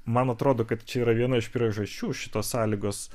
man atrodo kad čia yra viena iš priežasčių šitos sąlygos